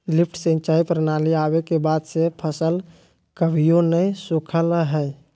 lift सिंचाई प्रणाली आवे के बाद से फसल कभियो नय सुखलय हई